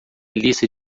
lista